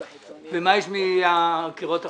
החיצוניים --- ומה יש עם הקירות החיצוניים?